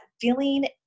feeling